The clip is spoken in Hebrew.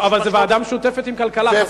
אבל זו ועדה משותפת עם ועדת הכלכלה.